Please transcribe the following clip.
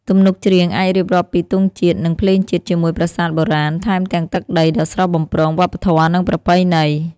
ទំនុកច្រៀងអាចរៀបរាប់ពី ទង់ជាតិ និងភ្លេងជាតិជាមួយប្រាសាទបុរាណ ថែមទាំងទឹកដីដ៏ស្រស់បំព្រង វប្បធម៌ និងប្រពៃណី។